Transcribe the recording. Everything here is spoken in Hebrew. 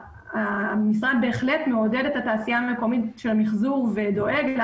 המשרד בהחלט מעודד את התעשייה המקומית של המיחזור ודואג לה